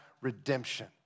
redemption